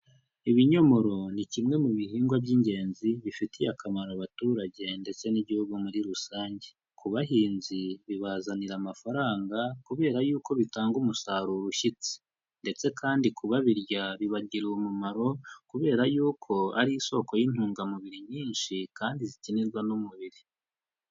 Ibinyomoro, ni kimwe mu bihingwa by'ingenzi bifitiye akamaro abaturage ndetse n'igihugu muri rusange. Ku bahinzi, bibazanira amafaranga kubera yuko bitanga umusaruro ushyitse ndetse kandi ku babirya, bibagirira umumaro kubera yuko ari isoko y'intungamubiri nyinshi kandi zikenerwa n'umubiri.